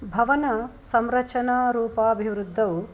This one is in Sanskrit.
भवनसंरचनारूपाभिवृद्धौ